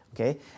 Okay